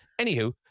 anywho